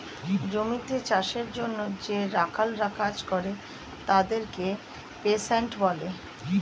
জমিতে চাষের জন্যে যে রাখালরা কাজ করে তাদেরকে পেস্যান্ট বলে